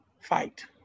fight